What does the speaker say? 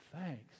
thanks